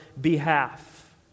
behalf